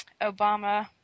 Obama